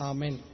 Amen